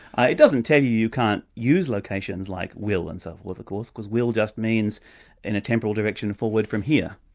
it doesn't tell you you can't use locations like will and so forth of course, because will just means in a temporal direction forward from here.